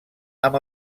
amb